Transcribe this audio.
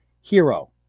hero